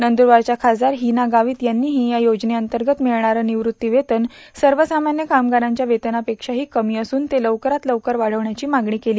नंदुरबारच्या खासदार हिना गावीत यांनीझी या योजने अंतर्गत मिळणारं निवृत्ती वेतन सर्वसामान्य क्रमगाराच्या वेतना पेक्षाही कमी असून ते लवकरात लवकर वाढवण्याची मागणी केली